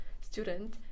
student